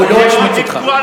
הוא לא השמיץ אותך,